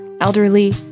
elderly